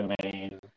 Domain